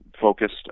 focused